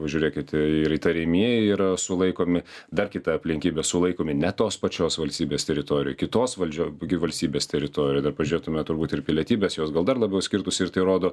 pažiūrėkite ir įtariamieji yra sulaikomi dar kita aplinkybė sulaikomi ne tos pačios valstybės teritorijoj kitos valdžio gi valstybės teritorijoj dar pažiūrėtume turbūt ir pilietybes jos gal dar labiau skirtųs ir tai rodo